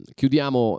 Chiudiamo